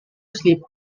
sleep